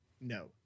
No